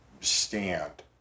stand